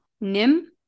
Nim